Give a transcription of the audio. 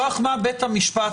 מכוח מה בית המשפט,